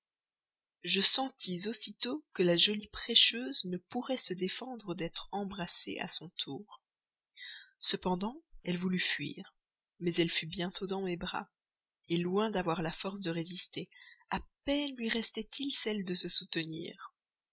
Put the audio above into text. je sentis aussitôt que la jolie prêcheuse ne pourrait se défendre d'être embrassée à son tour cependant elle voulut fuir mais elle fut bientôt dans mes bras loin d'avoir la force de résister à peine lui restait-il celle de se soutenir